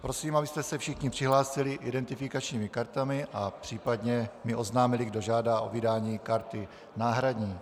Prosím, abyste se všichni přihlásili identifikačními kartami a případně mi oznámili, kdo žádá o vydání karty náhradní.